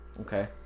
okay